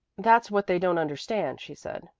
that's what they don't understand, she said,